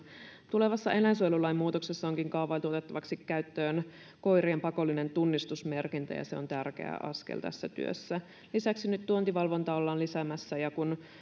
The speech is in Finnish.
tulevassa eläinsuojelulain muutoksessa onkin kaavailtu otettavaksi käyttöön koirien pakollinen tunnistusmerkintä ja se on tärkeä askel tässä työssä lisäksi nyt tuontivalvontaa ollaan lisäämässä ja